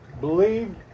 Believe